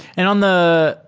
and on the